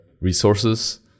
resources